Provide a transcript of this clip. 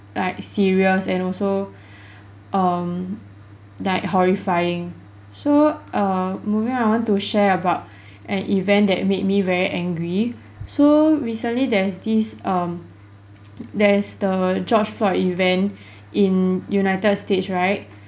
like serious and also um like horrifying so err moving on I want to share about an event that made me very angry so recently there's this um there's the george floyd event in united states right